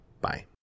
Bye